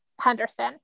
Henderson